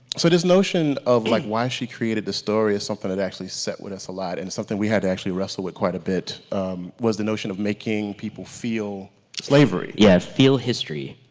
so this notion of like why she created this story is something that actually set with us a lot and something we had to actually wrestle with quite a bit was the notion of making people feel slavery. yeah feel history.